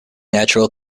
natural